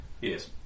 Yes